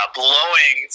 blowing